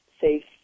safe